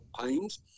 pains